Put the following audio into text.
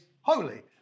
holy